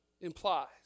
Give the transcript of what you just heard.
implies